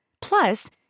Plus